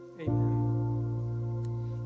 Amen